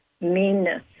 meanness